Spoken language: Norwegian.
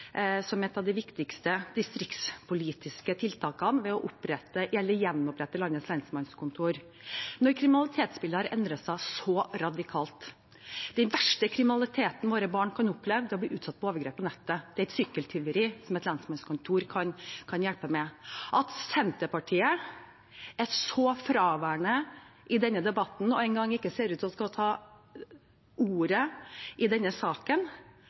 et av de viktigste distriktspolitiske tiltakene ved å skulle gjenopprette landets lensmannskontor, når kriminalitetsbildet har endret seg så radikalt. Den verste kriminaliteten våre barn kan oppleve, er å bli utsatt for overgrep på nettet. Det er sykkeltyveri et lensmannskontor kan hjelpe med. At Senterpartiet er så fraværende i denne debatten og ikke engang ser ut til å skulle ta ordet i denne saken,